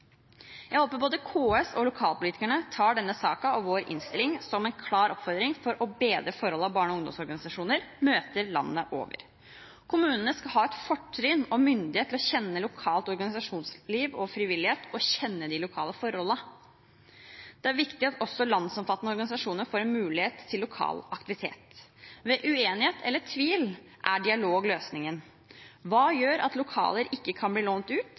Jeg håper både KS og lokalpolitikerne tar denne saken og vår innstilling som en klar oppfordring om å bedre forholdene barne- og ungdomsorganisasjoner møter landet over. Kommunene skal ha et fortrinn og myndighet når det gjelder å kjenne lokalt organisasjonsliv og frivillighet og lokale forhold. Det er viktig at også landsomfattende organisasjoner får en mulighet til lokal aktivitet. Ved uenighet eller tvil er dialog løsningen: Hva gjør at lokaler ikke kan bli lånt ut?